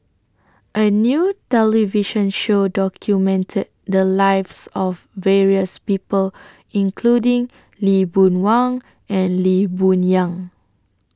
A New television Show documented The Lives of various People including Lee Boon Wang and Lee Boon Yang